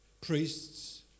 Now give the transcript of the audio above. priests